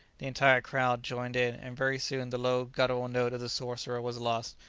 the entire crowd joined in, and very soon the low guttural note of the sorcerer was lost,